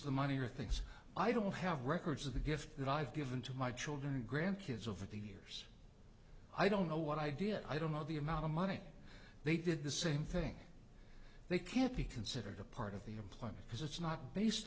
the money or things i don't have records of the gifts that i've given to my children and grand kids over the years i don't know what i did i don't know the amount of money they did the same thing they can't be considered a part of the employment because it's not based